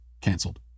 canceled